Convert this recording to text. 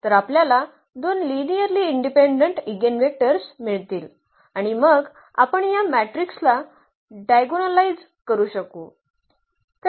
तर आपल्याला दोन लिनिअर्ली इंडिपेंडेंट इगेनवेक्टर्स मिळतील आणि मग आपण या मॅट्रिक्सला डायगोनलाइझ करू शकू